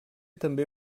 també